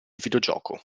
videogioco